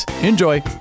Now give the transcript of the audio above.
Enjoy